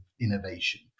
innovation